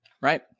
Right